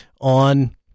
on